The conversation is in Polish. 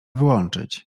wyłączyć